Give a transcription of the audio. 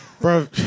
Bro